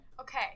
Okay